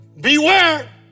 Beware